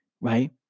right